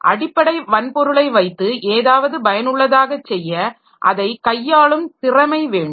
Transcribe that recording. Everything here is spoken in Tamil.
அடிப்படை வன்பொருளை வைத்து ஏதாவது பயனுள்ளதாக செய்ய அதை கையாளும் திறமை வேண்டும்